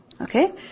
Okay